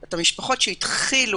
את המשפחות שהתחילו